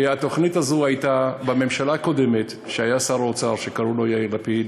התוכנית הזו הייתה בממשלה הקודמת כשהיה שר אוצר שקראו לו יאיר לפיד,